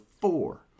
four